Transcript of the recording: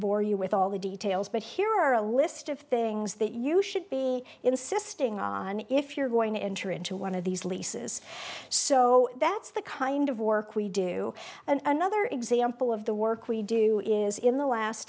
bore you with all the details but here are a list of things that you should be insisting on if you're going to enter into one of these leases so that's the kind of work we do and another example of the work we do is in the last